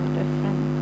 different